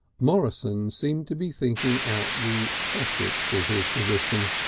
morrison seemed to be thinking out the ethics of his position.